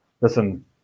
listen